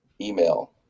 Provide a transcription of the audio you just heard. email